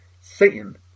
Satan